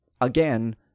again